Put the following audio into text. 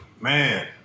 Man